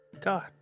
God